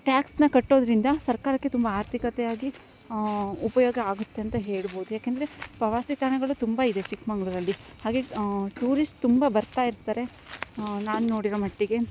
ಟ್ಯಾಕ್ಸ್ನ ಕಟ್ಟೋದರಿಂದ ಸರ್ಕಾರಕ್ಕೆ ತುಂಬ ಅರ್ಥಿಕತೆಯಾಗಿ ಉಪಯೋಗ ಆಗುತ್ತೆ ಅಂತ ಹೇಳ್ಬೌದ್ ಯಾಕೆಂದರೆ ಪ್ರವಾಸಿ ತಾಣಗಳು ತುಂಬಯಿದೆ ಚಿಕ್ಕಮಂಗ್ಳೂರಲ್ಲಿ ಹಾಗೆ ಟೂರಿಸ್ಟ್ ತುಂಬ ಬರ್ತಯಿರ್ತಾರೆ ನಾನು ನೋಡಿರೊ ಮಟ್ಟಿಗೆ